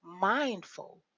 mindful